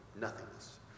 Nothingness